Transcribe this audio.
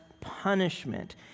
punishment